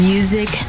Music